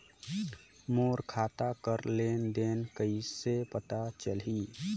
मोर खाता कर लेन देन कइसे पता चलही?